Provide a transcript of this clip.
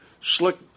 slick